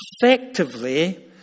effectively